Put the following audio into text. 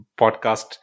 podcast